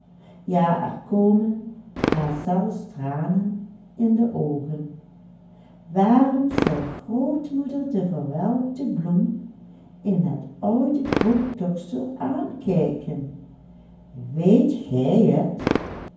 ja er komen haar zelfs tranen in de oogen waarom zou grootmoeder de verwelkte bloem in het oude boek toch zoo aankijken weet gij het